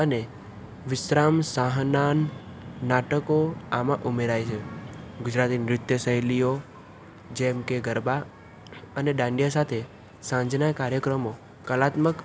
અને વિશ્રામ સાહનાન નાટકો આમાં ઉમેરાય છે ગુજરાતી નૃત્ય શૈલીઓ જેમ કે ગરબા અને દાંડિયા સાથે સાંજના કાર્યક્રમો કલાત્મક